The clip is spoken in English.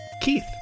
Keith